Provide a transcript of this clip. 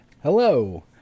Hello